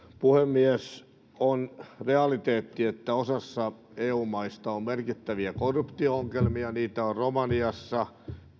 puhemies on realiteetti että osassa eu maista on merkittäviä korruptio ongelmia niitä on romaniassa